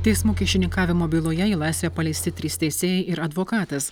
teismų kyšininkavimo byloje į laisvę paleisti trys teisėjai ir advokatas